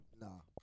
No